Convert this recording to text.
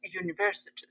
universities